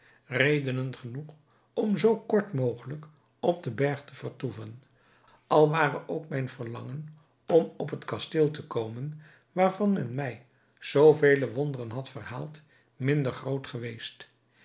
redenen genoeg om zoo kort mogelijk op den berg te vertoeven al ware ook mijn verlangen om op het kasteel te komen waarvan men mij zoo vele wonderen had verhaald minder groot geweest